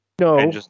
No